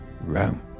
Rome